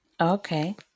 okay